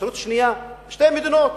אפשרות שנייה, שתי מדינות,